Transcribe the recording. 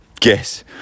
Guess